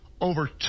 Over